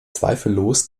zweifellos